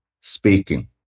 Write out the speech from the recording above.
speaking